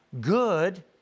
Good